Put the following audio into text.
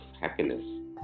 happiness